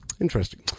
Interesting